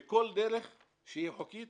בכל דרך שהיא חוקית